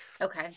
Okay